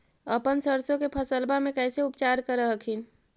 अपन सरसो के फसल्बा मे कैसे उपचार कर हखिन?